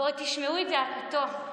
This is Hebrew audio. ועוד תשמעו את זעקתו.